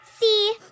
See